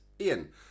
Ian